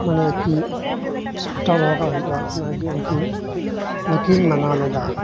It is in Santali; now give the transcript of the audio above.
ᱢᱟᱱᱮ ᱠᱤ ᱥᱟᱢᱴᱟᱣ ᱫᱚᱦᱚᱠᱟᱜ ᱦᱩᱭᱩᱜᱼᱟ ᱚᱱᱟᱜᱮ ᱩᱱᱠᱤᱱ ᱵᱟᱠᱤᱱ ᱢᱱᱟᱢᱟᱣ ᱞᱮᱫᱟ